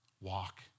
walk